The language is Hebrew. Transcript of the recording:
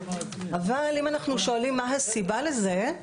אבל אם אנחנו שואלים מה הסיבה לזה,